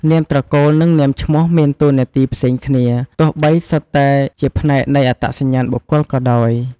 នាមត្រកូល និង នាមឈ្មោះ មានតួនាទីផ្សេងគ្នា ទោះបីសុទ្ធតែជាផ្នែកនៃអត្តសញ្ញាណបុគ្គលក៏ដោយ។